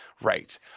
right